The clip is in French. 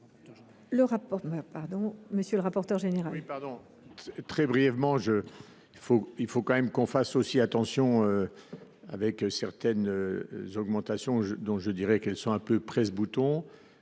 le rapporteur général.